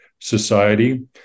society